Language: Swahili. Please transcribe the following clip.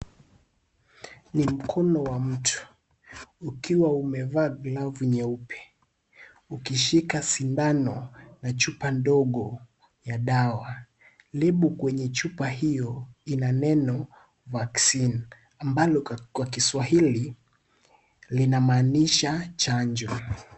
Ni mkono wa mtu ukiwa umevaa glavu nyeupe ukishika sindano na chupa nyeupe ya dawa. label kwenye chupa hio ina neno vaccine ambalo kwakiswahili linamaanisha chanjo.